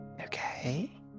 Okay